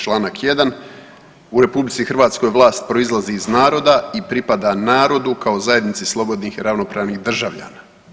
Čl. 1, u RH vlast proizlazi iz naroda i pripada narodu kao zajednici slobodnih i ravnopravnih državljana.